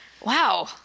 Wow